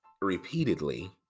repeatedly